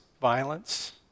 violence